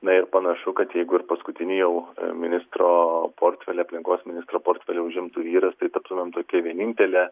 na ir panašu kad jeigu ir paskutinį jau ministro portfelį aplinkos ministro portfelį užimtų vyras tai taptumėm tokia vienintele